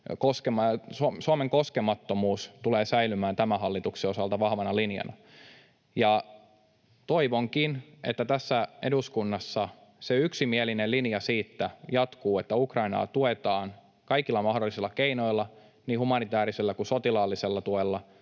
Suomen koskemattomuus tulee säilymään tämän hallituksen osalta vahvana linjana. Toivonkin, että tässä eduskunnassa jatkuu yksimielinen linja siitä, että Ukrainaa tuetaan kaikilla mahdollisilla keinoilla, niin humanitäärisellä kuin sotilaallisella tuella,